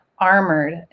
armored